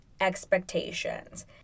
expectations